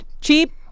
cheap